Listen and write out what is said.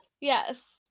Yes